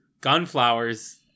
Gunflowers